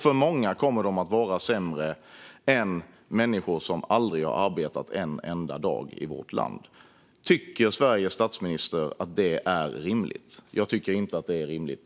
För många kommer de att vara sämre än för människor som inte har arbetat en enda dag i vårt land. Tycker Sveriges statsminister att detta är rimligt? Jag tycker inte det.